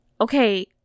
okay